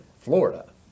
Florida